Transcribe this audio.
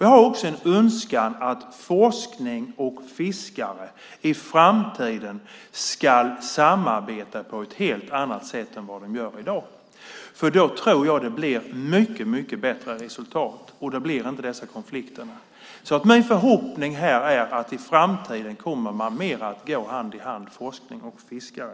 Jag har också en önskan att forskning och fiskare i framtiden ska samarbeta på ett helt annat sätt än vad de gör i dag, för då tror jag att det blir mycket bättre resultat och då blir det inte dessa konflikter. Min förhoppning är att forskning och fiskare i framtiden kommer att gå mer hand i hand.